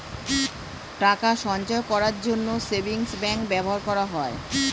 টাকা সঞ্চয় করার জন্য সেভিংস ব্যাংক ব্যবহার করা হয়